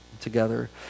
together